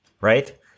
right